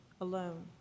alone